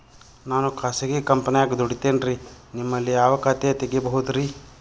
ನಾನು ಖಾಸಗಿ ಕಂಪನ್ಯಾಗ ದುಡಿತೇನ್ರಿ, ನಿಮ್ಮಲ್ಲಿ ಯಾವ ಖಾತೆ ತೆಗಿಬಹುದ್ರಿ?